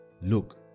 Look